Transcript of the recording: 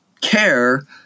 care